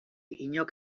inork